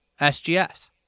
SGS